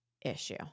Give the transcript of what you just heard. issue